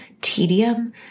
tedium